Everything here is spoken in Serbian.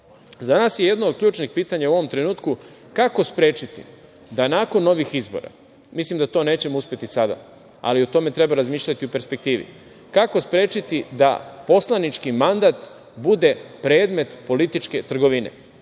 nas je jedno od ključnih pitanja u ovom trenutku - kako sprečiti da nakon ovih izbora, mislim da to nećemo uspeti sada, ali o tome razmišljati u perspektivi, da poslanički mandat bude predmet političke trgovine?